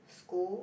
school